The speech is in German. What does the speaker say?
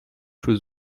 für